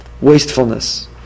wastefulness